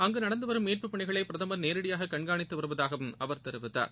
அங்குநடந்துவரும் மீட்பு பணிகளைபிரதமர் நேரிடியாககண்காணித்துவருவதாகவும் அவர் தெரிவித்தார்